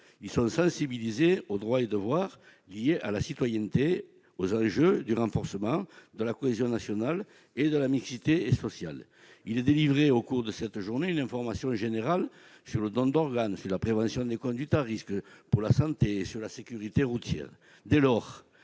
Ils sont sensibilisés aux droits et devoirs liés à la citoyenneté, aux enjeux du renforcement de la cohésion nationale et de la mixité sociale. Au cours de cette journée, il est délivré une information générale sur le don d'organes, sur la prévention des conduites à risque pour la santé et sur la sécurité routière.